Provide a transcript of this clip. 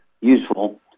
useful